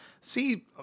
See